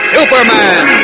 Superman